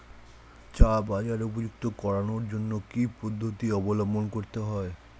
চা বাজার উপযুক্ত করানোর জন্য কি কি পদ্ধতি অবলম্বন করতে হয়?